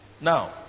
Now